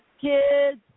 kids